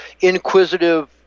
inquisitive